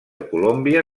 colòmbia